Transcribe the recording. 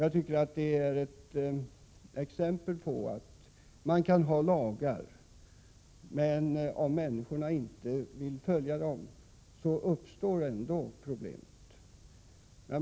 Jag tycker detta är ett exempel på att man kan ha lagar, men att om människorna inte vill följa dem uppstår ändå problem.